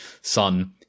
Son